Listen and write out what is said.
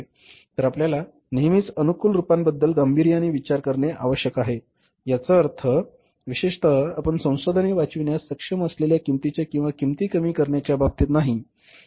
तर आपल्याला नेहमीच अनुकूल रूपांबद्दल गांभीर्याने विचार करणे आवश्यक आहे याचा अर्थ विशेषत आपण संसाधने वाचविण्यास सक्षम असलेल्या किंमतीच्या किंवा किंमती कमी करण्याच्या बाबतीत नाही